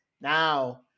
Now